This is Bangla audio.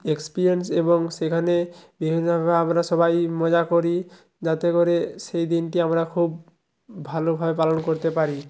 এক্সপিরিয়েন্স এবং সেখানে বিভিন্ন রকম আমরা সবাই মজা করি যাতে করে সেই দিনটি আমরা খুব ভালোভাবে পালন করতে পারি